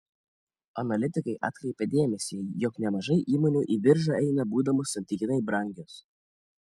analitikai atkreipia dėmesį jog nemažai įmonių į biržą eina būdamos santykinai brangios